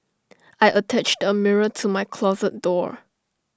I attached A mirror to my closet door